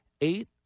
eight